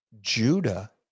Judah